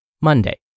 Monday